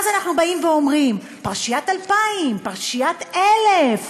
אז אנחנו באים ואומרים: פרשיית 2000, פרשיית 1000,